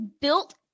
built